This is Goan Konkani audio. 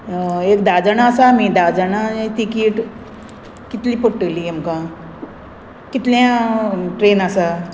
एक धा जाणां आसा आमी धा जाणां तिकीट कितली पडटली आमकां कितल्यां ट्रेन आसा